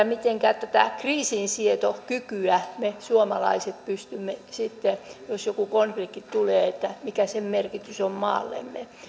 mitenkä tätä kriisinsietokykyä me suomalaiset pystymme sitten osoittamaan jos joku konflikti tulee mikä sen merkitys on maallemme